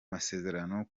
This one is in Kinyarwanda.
masezerano